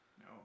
no